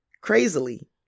Crazily